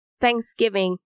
Thanksgiving